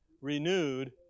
Renewed